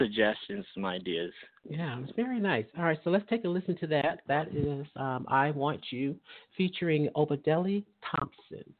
suggestions, some ideas. Yeah, it's very nice. All right, so let's take a listen to that. That is, um, I Want You, featuring Obadeli Thompson.